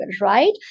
right